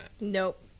Nope